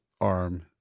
arm